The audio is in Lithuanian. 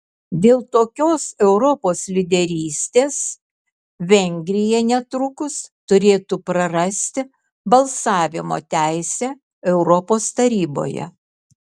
dėl tokios europos lyderystės vengrija netrukus turėtų prarasti balsavimo teisę europos taryboje